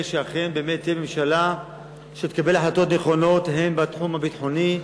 שאכן באמת תהיה ממשלה שתקבל החלטות נכונות בתחום הביטחוני,